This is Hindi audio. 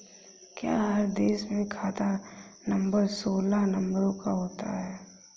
क्या हर देश में खाता नंबर सोलह नंबरों का होता है?